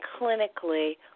clinically